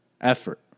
effort